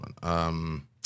one